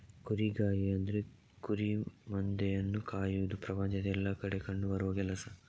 ಕುರಿಗಾಹಿ ಅಂದ್ರೆ ಕುರಿ ಮಂದೆಯನ್ನ ಕಾಯುವುದು ಪ್ರಪಂಚದ ಎಲ್ಲಾ ಕಡೆ ಕಂಡು ಬರುವ ಕೆಲಸ